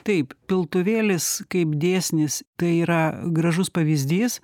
taip piltuvėlis kaip dėsnis tai yra gražus pavyzdys